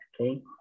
okay